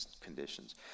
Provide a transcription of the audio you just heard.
conditions